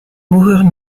moururent